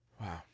Wow